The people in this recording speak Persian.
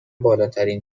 بالاترین